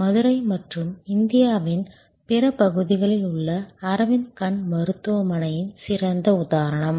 மதுரை மற்றும் இந்தியாவின் பிற பகுதிகளில் உள்ள அரவிந்த் கண் மருத்துவமனையின் சிறந்த உதாரணம்